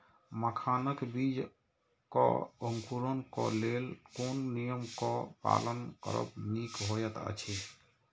मखानक बीज़ क अंकुरन क लेल कोन नियम क पालन करब निक होयत अछि?